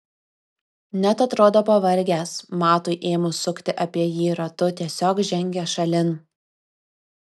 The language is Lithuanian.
net atrodo pavargęs matui ėmus sukti apie jį ratu tiesiog žengia šalin